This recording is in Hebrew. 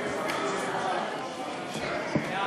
סעיפים 1